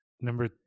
Number